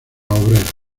obreras